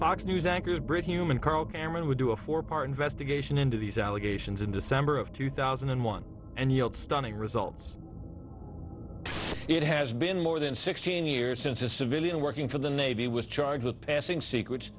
fox news anchors brit hume and carl cameron would do a four part investigation into these allegations in december of two thousand and one and yield stunning results it has been more than sixteen years since a civilian working for the navy was charged with passing secrets